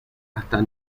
hasta